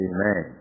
Amen